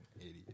idiot